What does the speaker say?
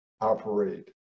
operate